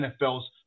nfl's